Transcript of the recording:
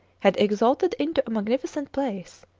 had exalted into a magnificent place,